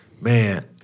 man